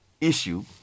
issue